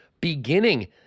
beginning